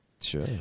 Sure